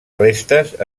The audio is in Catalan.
restes